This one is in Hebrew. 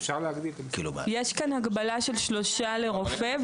יש הגבלה של שלושה לרופא,